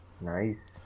Nice